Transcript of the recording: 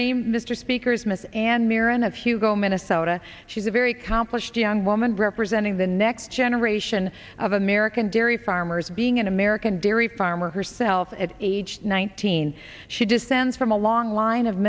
name mr speaker's miss and marin of hugo minnesota she's a very complex young woman representing the next generation of american dairy farmers being an american dairy farmer herself at age nineteen she descends from a long line of